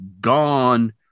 gone